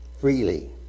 freely